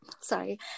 sorry